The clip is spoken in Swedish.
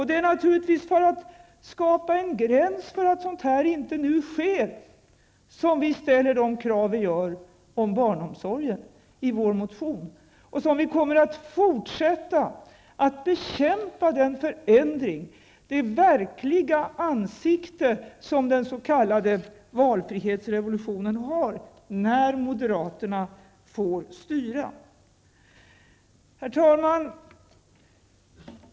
Det är naturligtvis för att skapa en gräns för att sådant här inte nu sker som vi ställer de krav vi gör om barnomsorgen i vår motion och som vi kommer att fortsätta att bekämpa den förändring, det verkliga ansikte, som den s.k. valfrihetsrevolutionen har, när moderaterna får styra. Herr talman!